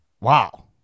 Wow